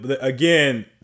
again